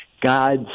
God's